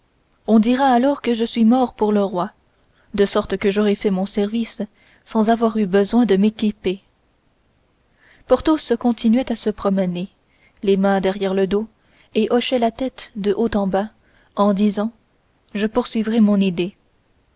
on dira alors que je suis mort pour le roi de sorte que j'aurai fait mon service sans avoir eu besoin de m'équiper porthos continuait à se promener les mains derrière le dos en hochant la tête de haut en bas et disant je poursuivrai mon idée